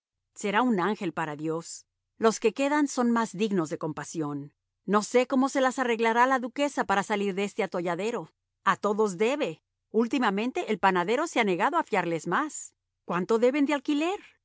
será un ángel para dios los que quedan son más dignos de compasión no sé cómo se las arreglará la duquesa para salir de este atolladero a todos debe ultimamente el panadero se ha negado a fiarles más cuánto deben de alquiler